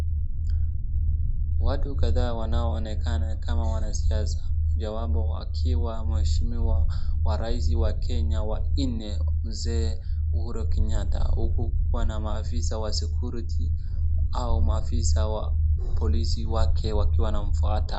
Watu kadhaa wanaonekana kama wanasiasa mojawapo akiwa mheshimiwa wa rais wa Kenya wanne Mzee Uhuru Kenyatta. Huku kukiwa na maafisa wa security au maafisa wa polisi wake wakiwa wanamfuata.